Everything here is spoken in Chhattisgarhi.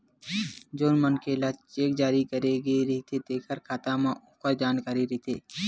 जउन मनखे ल चेक जारी करे गे रहिथे तेखर खाता म ओखर जानकारी रहिथे